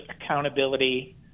accountability